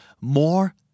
more